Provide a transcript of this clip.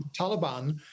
Taliban